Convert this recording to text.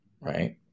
right